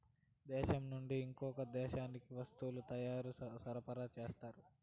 దేశం నుండి ఇంకో దేశానికి వస్తువుల తయారీ సరఫరా చేస్తారు